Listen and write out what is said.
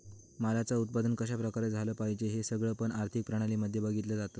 मालाच उत्पादन कशा प्रकारे झालं पाहिजे हे सगळं पण आर्थिक प्रणाली मध्ये बघितलं जातं